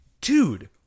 Dude